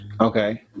Okay